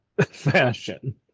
fashion